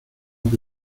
que